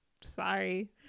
sorry